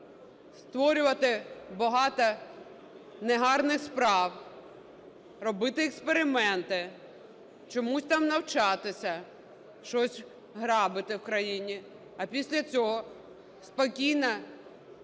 створювати багато негарних справ, робити експерименти, чомусь там навчатися, щось грабувати в країні, а після цього спокійно